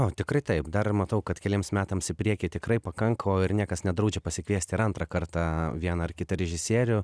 o tikrai taip dar ir matau kad keliems metams į priekį tikrai pakanka o ir niekas nedraudžia pasikviesti ir antrą kartą vieną ar kitą režisierių